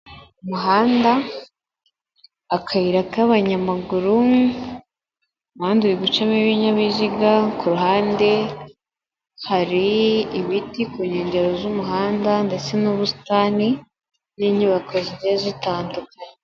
Umuhanda, akayira k'abanyamaguru, umuhanda uri gucamo ibinyabiziga, ku ruhande hari ibiti ku nkengero z'umuhanda, ndetse n'ubusitani n'inyubako zigiye zitandukanye.